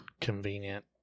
convenient